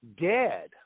dead